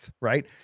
right